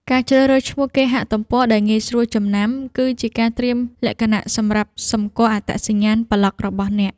ការជ្រើសរើសឈ្មោះគេហទំព័រ ដែលងាយស្រួលចំណាំ គឺជាការត្រៀមលក្ខណៈសម្រាប់សម្គាល់អត្តសញ្ញាណប្លក់របស់អ្នក។